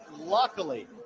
luckily